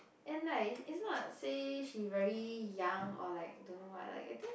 and like it's not say she very young or like don't know what like I think